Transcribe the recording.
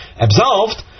absolved